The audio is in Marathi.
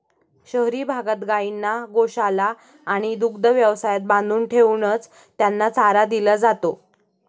शहरी भागात गायींना गोशाळा आणि दुग्ध व्यवसायात बांधून ठेवूनच त्यांना चारा दिला जातो